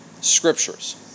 scriptures